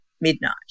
midnight